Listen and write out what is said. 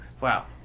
wow